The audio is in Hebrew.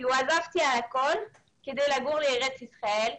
עזבתי הכול כדי לגור בארץ ישראל.